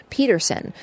Peterson